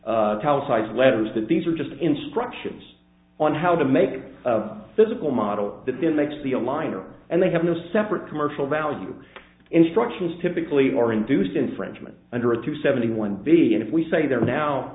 size letters that these are just instructions on how to make a physical model that then makes the alignment and they have no separate commercial value instructions typically or induced infringement under a two seventy one being if we say they're now